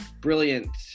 brilliant